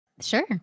Sure